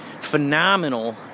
phenomenal